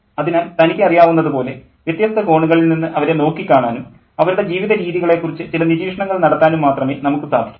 അതിനാൽ തനിക്ക് അറിയാവുന്നതു പോലെ വ്യത്യസ്ത കോണുകളിൽ നിന്ന് അവരെ നോക്കിക്കാണാനും അവരുടെ ജീവിതരീതികളെക്കുറിച്ച് ചില നിരീക്ഷണങ്ങൾ നടത്താനും മാത്രമേ നമുക്കു സാധിക്കൂ